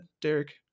Derek